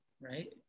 right